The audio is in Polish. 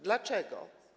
Dlaczego?